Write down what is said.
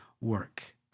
work